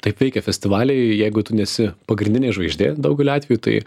taip veikia festivaliai jeigu tu nesi pagrindinė žvaigždė daugeliu atveju tai